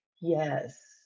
Yes